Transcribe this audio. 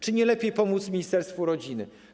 Czy nie lepiej pomóc ministerstwu rodziny?